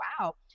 wow